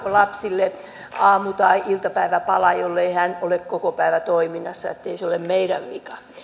lapselle aamu tai iltapäiväpala jollei hän ole kokopäivätoiminnassa ettei se ole meidän vikamme